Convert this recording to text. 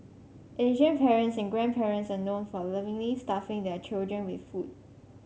Asian parents and grandparents are known for lovingly stuffing their children with food